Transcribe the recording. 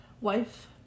wife